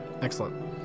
Excellent